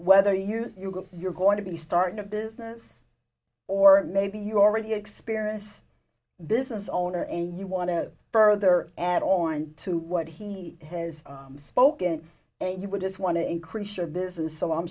whether you hear you're going to be starting a business or maybe you already experience business owner and you want to further add on to what he has spoken and you would just want to increase your business so i'm